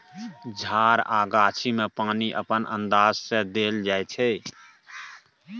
झार आ गाछी मे पानि अपन अंदाज सँ देल जाइ छै